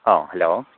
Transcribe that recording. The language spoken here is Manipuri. ꯑꯥꯎ ꯍꯂꯣ